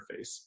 interface